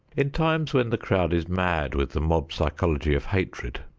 in times when the crowd is mad with the mob psychology of hatred,